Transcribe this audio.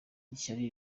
ishyari